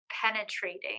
penetrating